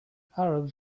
arabs